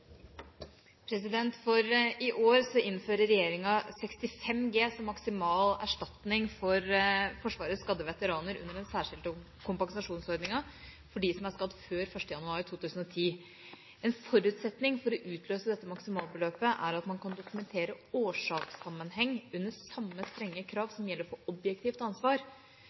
For i år innfører regjeringa 65 G som maksimal erstatning for Forsvarets skadde veteraner under den særskilte kompensasjonsordninga for dem som er skadd før 1. januar 2010. En forutsetning for å utløse dette maksimalbeløpet er at man kan dokumentere årsakssammenheng under samme strenge krav som gjelder for objektivt ansvar.